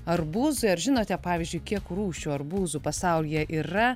arbūzui ar žinote pavyzdžiui kiek rūšių arbūzų pasaulyje yra